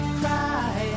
cry